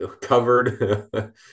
Covered